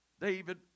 David